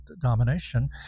domination